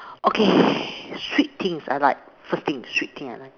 okay sweet things I like first sweet thing I like